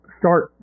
start